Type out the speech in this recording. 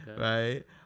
Right